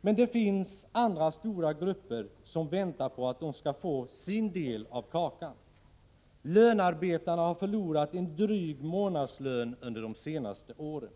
Men det finns andra stora grupper som väntar på att få sin del av kakan. Lönarbetarna har förlorat en dryg månadslön under de senaste åren.